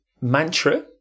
mantra